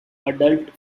adult